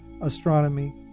astronomy